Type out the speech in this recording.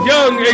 Young